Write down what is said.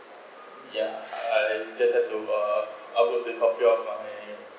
ya I just have to uh upload the copy of uh I mean